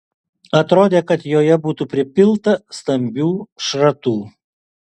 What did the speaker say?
atrodė kad joje būtų pripilta stambių šratų